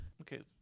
Okay